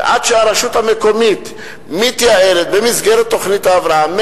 ועד שהרשות המקומית מתייעלת במסגרת תוכנית ההבראה,